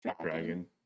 dragon